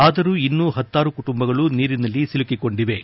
ಆದರೂ ಇನ್ನು ಹತ್ತಾರು ಕುಟುಂಬಗಳು ನೀರಿನಲ್ಲಿ ಸಿಲುಕಿಕೊಂಡಿವೆ